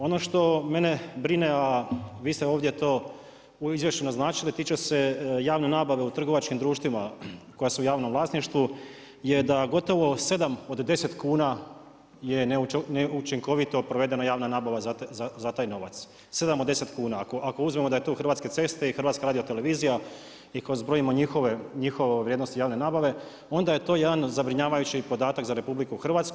Ono što mene brine, a vi ste ovdje to u izvješću naznačili tiče se javne nabave u trgovačkim društvima koja su u javnom vlasništvu, je da gotovo 7 od 10 kuna je neučinkovito provedena javna nabava za taj novac, 7 od 10 kuna, ako uzmemo da je tu Hrvatske ceste i Hrvatska radiotelevizija i ako zbrojimo njihove vrijednosti javne nabave, onda je to jedan zabrinjavajući podatak za RH.